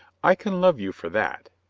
i can love you for that.